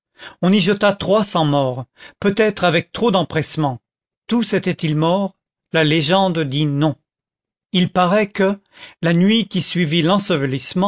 on y jeta trois cents morts peut-être avec trop d'empressement tous étaient-ils morts la légende dit non il parait que la nuit qui suivit